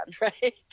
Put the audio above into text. right